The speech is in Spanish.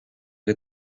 que